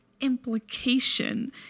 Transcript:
implication